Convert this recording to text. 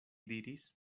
diris